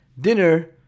dinner